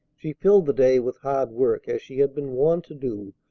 she filled the day with hard work, as she had been wont to do,